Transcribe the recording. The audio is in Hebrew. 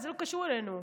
זה לא קשור אלינו.